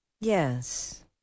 yes